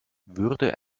würde